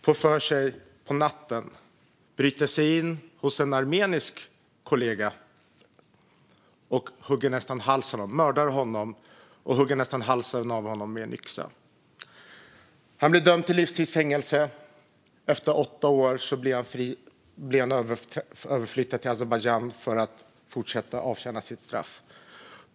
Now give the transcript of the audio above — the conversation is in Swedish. Under natten bröt han sig in hos en armenisk kollega och mördade honom - nästan högg halsen av honom - med en yxa. Safarov dömdes till livstids fängelse. Efter åtta år blev han överflyttad till Azerbajdzjan för att fortsätta att avtjäna sitt straff.